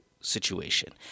situation